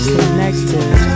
connected